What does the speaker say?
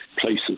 places